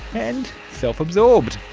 and self-absorbed.